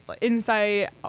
insight